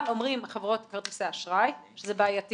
אבל אומרות חברות כרטיסי האשראי שזה בעייתי